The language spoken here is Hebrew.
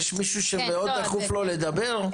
יש מישהו שמאוד דחוף לו לדבר?